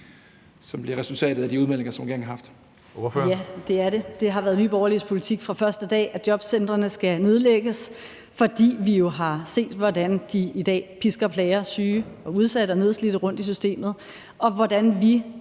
Ordføreren. Kl. 20:21 Pernille Vermund (NB): Ja, det er det. Det har været Nye Borgerliges politik fra første dag, at jobcentrene skal nedlægges, fordi vi jo har set, hvordan de i dag pisker og plager syge og udsatte og nedslidte rundt i systemet, og hvordan vi